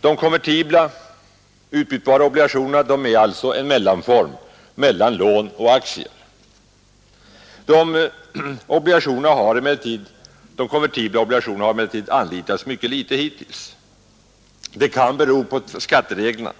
De konvertibla — utbytbara — obligationerna är alltså en mellanform mellan lån och aktier. Dessa konvertibla obligationer har emellertid anlitats mycket litet hittills. Det kan bero på skattereglerna.